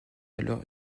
alors